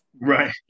right